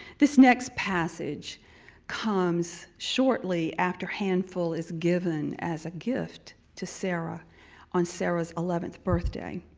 this next passage comes shortly after handful is given as a gift to sarah on sarah's eleventh birthday.